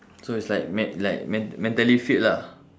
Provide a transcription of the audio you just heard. so it's like me~ like me~ mentally fit lah